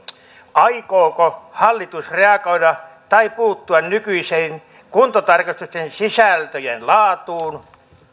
aikooko hallitus reagoida tai puuttua nykyiseen kuntotarkastusten sisältöjen laatuun